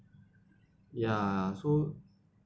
ya so